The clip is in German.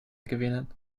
gewinnen